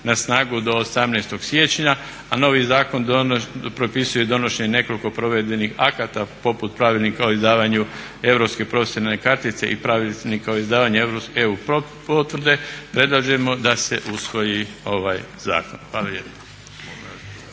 na snagu do 18.siječnja a novi zakon propisuje donošenje nekoliko provedenih akata poput pravilnika o izdavanju europske profesionalne karte i pravilnika o izdavanju EU potvrde predlažemo da se usvoji ovaj zakon.